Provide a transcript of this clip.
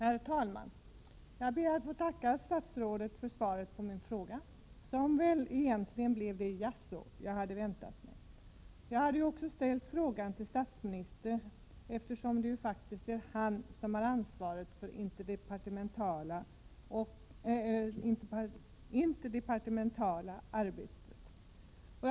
Herr talman! Jag ber att få tacka statsrådet för svaret på min fråga. Svaret blev väl egentligen det jaså som jag hade väntat mig. Jag hade också ställt frågan till statsministern, eftersom det faktiskt är han som har ansvaret för det interdepartementala arbetet.